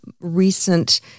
recent